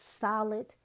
solid